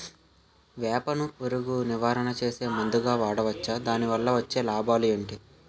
వేప ను పురుగు నివారణ చేసే మందుగా వాడవచ్చా? దాని వల్ల వచ్చే లాభాలు ఏంటి?